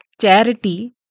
charity